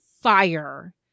fire